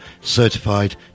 Certified